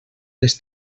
les